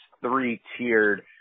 three-tiered